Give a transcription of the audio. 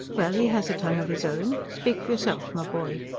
well, he has a tongue of his own speak for yourself, my boy!